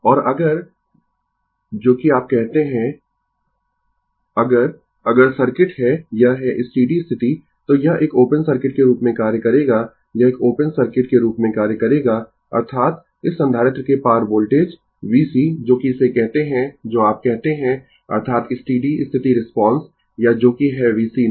और अगर जो कि आप कहते है अगर अगर सर्किट है यह है स्टीडी स्थिति तो यह एक ओपन सर्किट के रूप में कार्य करेगा यह एक ओपन सर्किट के रूप में कार्य करेगा अर्थात इस संधारित्र के पार वोल्टेज vc जो कि इसे कहते है जो आप कहते है अर्थात स्टीडी स्थिति रिस्पांस या जो कि है vc infinity